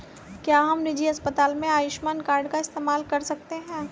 क्या हम निजी अस्पताल में आयुष्मान कार्ड का इस्तेमाल कर सकते हैं?